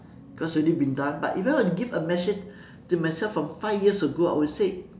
cause it's already been done but if I were to give a message to myself from five years ago I would say